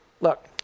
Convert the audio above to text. look